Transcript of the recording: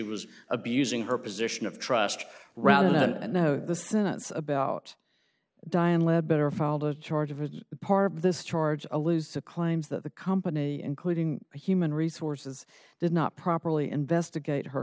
was abusing her position of trust rather than know the senate's about dian leadbetter filed a charge of a part of this charge a loser claims that the company including human resources did not properly investigate her